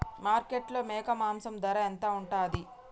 మార్కెట్లో మేక మాంసం ధర ఎంత ఉంటది?